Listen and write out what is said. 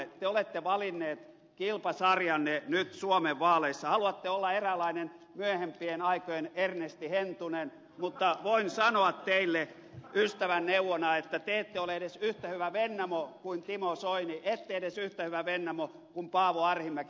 te olette valinnut kilpasarjanne nyt suomen vaaleissa haluatte olla eräänlainen myöhempien aikojen ernesti hentunen mutta voin sanoa teille ystävän neuvona että te ette ole edes yhtä hyvä vennamo kuin timo soini ette edes yhtä hyvä vennamo kuin paavo arhinmäki